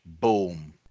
Boom